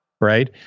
right